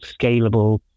scalable